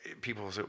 people